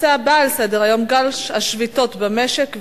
לנושא הבא על סדר-היום: גל השביתות במשק,